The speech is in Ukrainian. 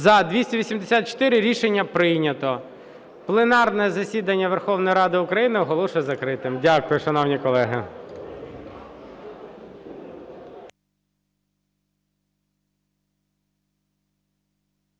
За-284 Рішення прийнято. Пленарне засідання Верховної Ради України оголошую закритим. Дякую, шановні колеги.